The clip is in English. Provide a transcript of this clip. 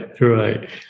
right